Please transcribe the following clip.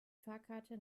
fahrkarte